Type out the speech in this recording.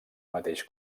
mateix